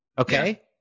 Okay